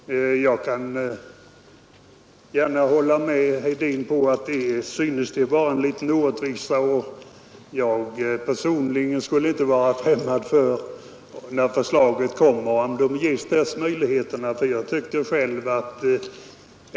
Herr talman! Jag kan gärna hålla med herr Hedin om att det här synes vara en liten orättvisa. Personligen skulle jag inte vara främmande för om förslaget, när det kommer, ger dessa möjligheter.